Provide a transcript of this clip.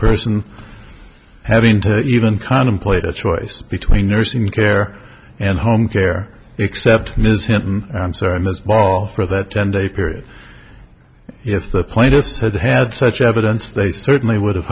person having to even contemplate a choice between nursing care and home care except i'm sorry mr ball for that ten day period if the plaintiffs had had such evidence they certainly would